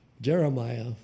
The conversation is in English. Jeremiah